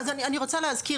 סליחה, אני רוצה להזכיר